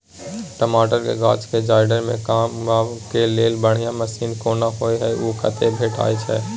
टमाटर के गाछ के जईर में कमबा के लेल बढ़िया मसीन कोन होय है उ कतय भेटय छै?